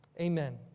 Amen